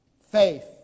faith